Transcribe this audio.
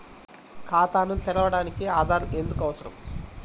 ఖాతాను తెరవడానికి ఆధార్ ఎందుకు అవసరం?